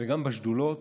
וגם בשדולות,